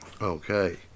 Okay